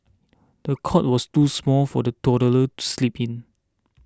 the cot was too small for the toddler to sleep in